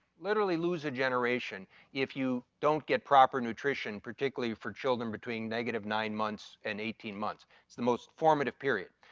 literally lose a generation if you don't get proper nutrition particularly for children between negative nine months and eighteen months. it's the most formative period.